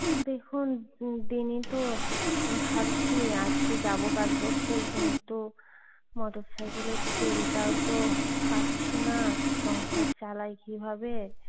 দেখুন দিনিত ভাবছি আজকে যাব কাজ করতে কিন্তু মোটরসাইকেলের তেলটাও তো পাচ্ছি না সংসার চালাই কিভাবে